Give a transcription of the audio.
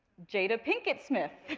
jada pinkett-smith.